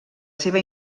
seva